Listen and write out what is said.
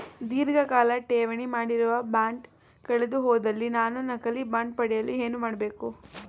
ಧೀರ್ಘಕಾಲ ಠೇವಣಿ ಮಾಡಿರುವ ಬಾಂಡ್ ಕಳೆದುಹೋದಲ್ಲಿ ನಾನು ನಕಲಿ ಬಾಂಡ್ ಪಡೆಯಲು ಏನು ಮಾಡಬೇಕು?